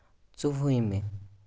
ژوٚوُہمہِ